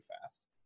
fast